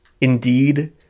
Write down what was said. indeed